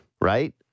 right